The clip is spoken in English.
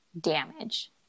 damage